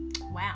Wow